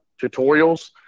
tutorials